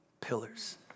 pillars